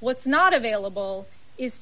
what's not available is